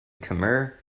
khmer